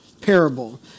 parable